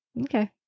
Okay